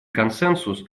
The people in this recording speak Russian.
консенсус